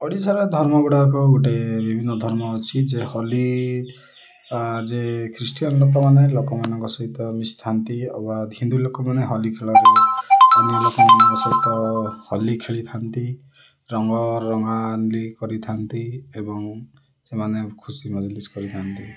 ଓଡ଼ିଶାର ଧର୍ମଗୁଡ଼ାକ ଗୋଟେ ବିଭିନ୍ନ ଧର୍ମ ଅଛି ଯେ ହୋଲି ଯେ ଖ୍ରୀଷ୍ଟିୟନ ଲୋକମାନେ ଲୋକମାନଙ୍କ ସହିତ ମିଶଥାନ୍ତି ଅବା ହିନ୍ଦୁ ଲୋକମାନେ ହୋଲି ଖେଳରେ ଅନ୍ୟ ଲୋକମାନଙ୍କ ସହିତ ହୋଲି ଖେଳିଥାନ୍ତି ରଙ୍ଗ ରଙ୍ଗୋଲିି କରିଥାନ୍ତି ଏବଂ ସେମାନେ ଖୁସି ମଜଲିସ କରିଥାନ୍ତି